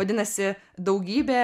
vadinasi daugybė